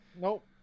Nope